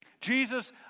Jesus